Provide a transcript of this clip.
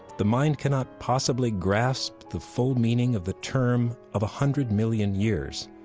the mind cannot possibly grasp the full meaning of the term of a hundred million years.